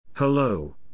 Hello